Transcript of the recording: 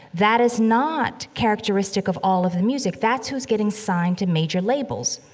that is not characteristic of all of the music. that's who's getting signed to major labels.